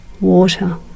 water